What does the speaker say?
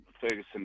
Ferguson